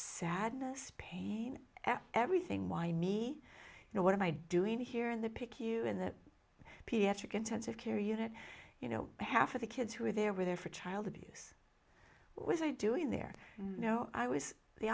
sadness pain at everything why me you know what am i doing here in the pic you in the pediatric intensive care unit you know half of the kids who were there were there for child abuse was i doing there no i was the